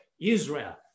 Israel